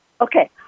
Okay